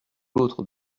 l’autre